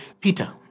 Peter